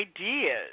ideas